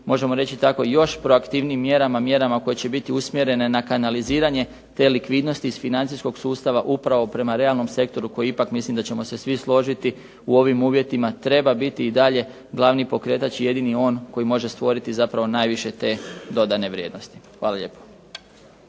možemo reći tako još proaktivnijim mjerama, mjerama koje će biti usmjerene na kanaliziranje te likvidnosti iz financijskog sustava upravo prema realnom sektoru koji ipak, mislim da ćemo se svi složiti u ovim uvjetima treba biti i dalje glavni pokretač, jedini je on koji može stvoriti zapravo najviše te dodane vrijednosti. Hvala lijepo.